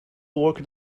worked